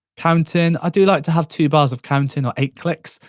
count-in, i do like to have two bars of count-in, or eight clicks,